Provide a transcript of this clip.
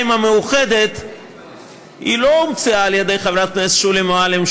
המאוחדת לא הומצאה על ידי חברת הכנסת שולי מועלם,